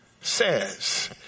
says